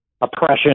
oppression